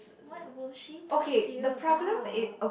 what would she talk to you about